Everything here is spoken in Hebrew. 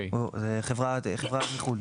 זו חברה מחו"ל.